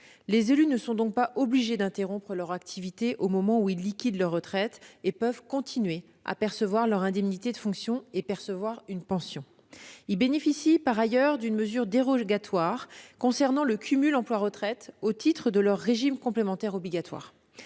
Les élus ne sont donc pas obligés d'interrompre leur activité au moment où ils liquident leur retraite et peuvent continuer à percevoir leurs indemnités de fonction, ainsi qu'une pension. Ils bénéficient par ailleurs d'une mesure dérogatoire concernant le cumul emploi-retraite au titre de leur régime complémentaire obligatoire.